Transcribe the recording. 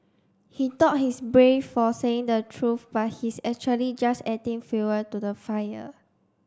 he thought he's brave for saying the truth but he's actually just adding fuel to the fire